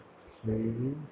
three